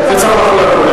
זה צריך לחול על כולם,